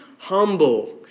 Humble